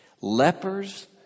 Lepers